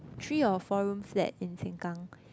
three or four room flat in Sengkang